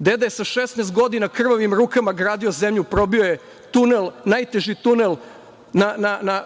Deda je sa 16 godina krvavim rukama gradio zemlju, probio je tunel, nateži tunel,